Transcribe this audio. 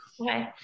okay